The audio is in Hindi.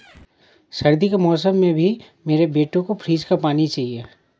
सर्दी के मौसम में भी मेरे बेटे को फ्रिज का पानी चाहिए